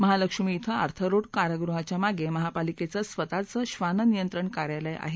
महालक्ष्मी इथं Arthur road कारागुहाच्या मागे महापालिकेचं स्वतःचं ब्रान नियंत्रण कार्यालय आहे